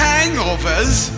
Hangovers